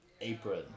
apron